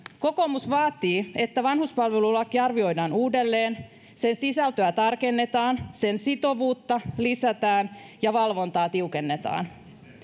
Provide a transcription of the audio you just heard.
kokoomus vaatii että vanhuspalvelulaki arvioidaan uudelleen sen sisältöä tarkennetaan sen sitovuutta lisätään ja valvontaa tiukennetaan